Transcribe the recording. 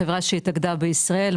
חברה שהתאגדה בישראל,